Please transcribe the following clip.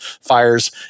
fires